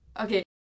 Okay